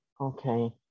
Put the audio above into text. Okay